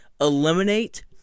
eliminate